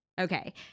okay